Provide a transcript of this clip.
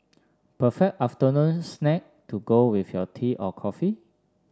perfect afternoon snack to go with your tea or coffee